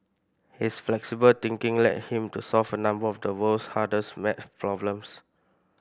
his flexible thinking led him to solve a number of the world's hardest maths problems